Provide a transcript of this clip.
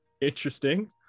Interesting